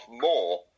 more